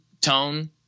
tone